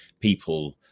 people